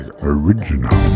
original